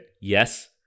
yes